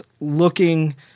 looking